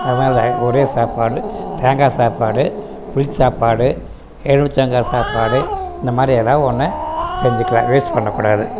அதனால ஒரே சாப்பாடு தேங்காய் சாப்பாடு புளி சாப்பாடு எலுமிச்சங்காய் சாப்பாடு இது மாதிரி எதாவது ஒன்று செஞ்சுக்கலாம் வேஸ்ட் பண்ண கூடாது